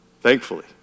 Thankfully